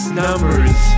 numbers